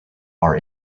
are